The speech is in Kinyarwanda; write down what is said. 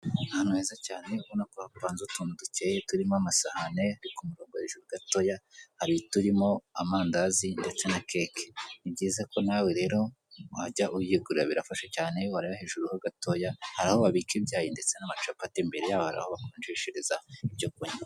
Ni ahantu heza cyane ubona ko hapanze utuntu dukeye turimo amasahane, ku murongo hejuru gatoya hari uturimo amandazi ndeste na keke. Ni byiza ko nawe rero wajya uyigurira birafasha cyane, wareba hejuru ho gatoya hari aho babika ibyayi ndetse n'amacapati, imbere hari aho bakonjeshereza ibyo kunywa.